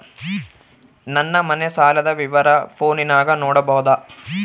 ನನ್ನ ಮನೆ ಸಾಲದ ವಿವರ ಫೋನಿನಾಗ ನೋಡಬೊದ?